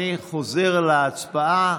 על ההצבעה,